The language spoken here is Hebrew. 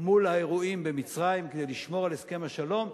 מול האירועים במצרים כדי לשמור על הסכם השלום,